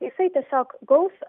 jisai tiesiog gaus